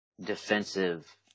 defensive